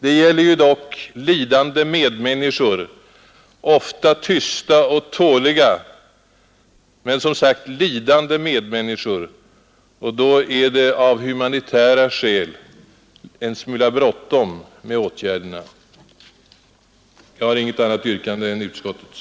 Det gäller dock lidande medmänniskor — ofta tysta och tåliga men ändå, som sagt, lidande medmänniskor — och då är det av humanitära skäl en smula brådskande med här åsyftade åtgärder. Jag har inget annat yrkande än utskottets.